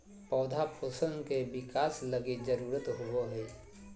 पौधा पोषण के बिकास लगी जरुरत होबो हइ